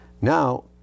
Now